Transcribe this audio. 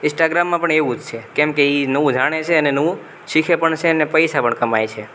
ઇન્સ્ટાગ્રામમાં પણ એવું જ છે કેમકે એ નવું જાણે છે અને નવું શીખે પણ છે અને પૈસા પણ કમાય છે